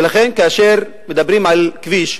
ולכן, כאשר מדברים על כביש,